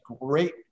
great